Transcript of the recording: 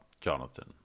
Jonathan